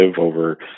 over